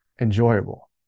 enjoyable